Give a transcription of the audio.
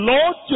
Lord